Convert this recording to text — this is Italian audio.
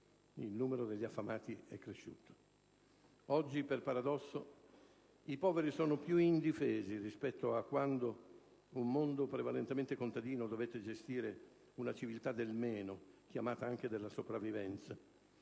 il numero degli affamati è cresciuto. Oggi, per paradosso, i poveri sono più indifesi rispetto a quando un mondo prevalentemente contadino dovette gestire una «civiltà del meno», chiamata anche della sopravvivenza.